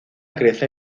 crece